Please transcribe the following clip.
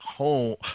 home